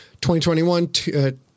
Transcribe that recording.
2021